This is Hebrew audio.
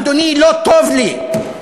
אדוני, לא טוב לי.